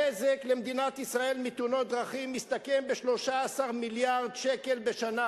הנזק למדינת ישראל מתאונות דרכים מסתכם ב-13 מיליארד שקל בשנה.